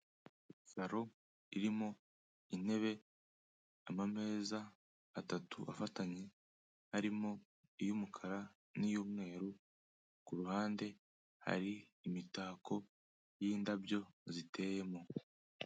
Saro irimo intebe, amameza atatu afatanye harimo iy'umukara n'iy'umweru, ku ruhande hari imitako y'indabyo ziteyemo.